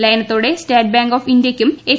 ലയനത്തോടെ state bank of ഇന്ത്യയ്ക്കും H